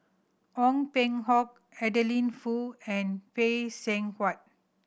Ong Peng Hock Adeline Foo and Phay Seng Whatt